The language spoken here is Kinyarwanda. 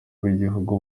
bw’igihugu